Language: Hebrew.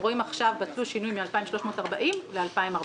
הם רואים עכשיו בתלוש שינוי מ-2340 ל-2400.